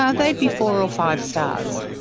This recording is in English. ah they'd be four or five stars.